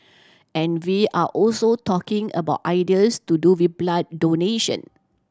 and we are also talking about ideas to do with blood donation